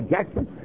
Jackson